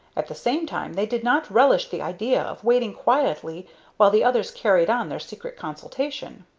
at the same time they did not relish the idea of waiting quietly while the others carried on their secret consultation.